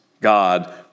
God